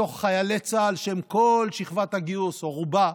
מתוך חיילי צה"ל, שהם כל שכבת הגיוס או רובה,